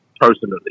personally